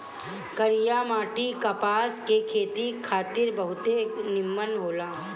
करिया माटी कपास के खेती खातिर बहुते निमन होला